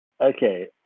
Okay